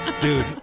Dude